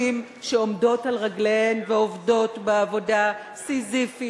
שעומדות על רגליהן ועובדות בעבודה סיזיפית,